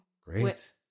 Great